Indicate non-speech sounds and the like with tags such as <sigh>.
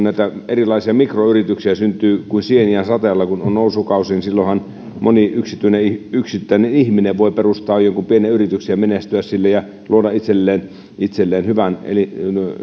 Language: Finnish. <unintelligible> näitä erilaisia mikroyrityksiä syntyy kuin sieniä sateella kun on nousukausi niin silloinhan moni yksittäinen ihminen voi perustaa jonkun pienen yrityksen ja menestyä sillä ja luoda itselleen itselleen hyvän